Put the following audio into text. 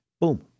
Boom